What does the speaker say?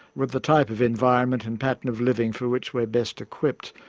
with the type of environment and pattern of living for which we're best equipped.